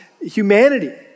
humanity